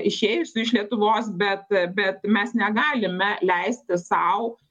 išėjusių iš lietuvos bet bet mes negalime leisti sau